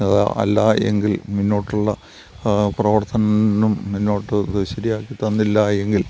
അത് അല്ലാ എങ്കിൽ മുന്നോട്ടുള്ള പ്രവർത്തനം മുന്നോട്ട് ശരിയാക്കി തന്നില്ലാ എങ്കിൽ